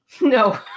No